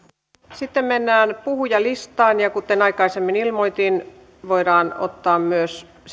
sitten mennään puhujalistaan ja kuten aikaisemmin ilmoitin voidaan ottaa puheenvuoroja myös